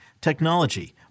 technology